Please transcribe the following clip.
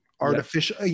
artificial